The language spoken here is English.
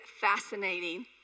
fascinating